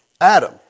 Adam